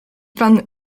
pan